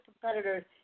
competitors